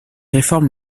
réforme